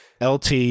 LT